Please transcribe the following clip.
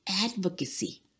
advocacy